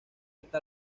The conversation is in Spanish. está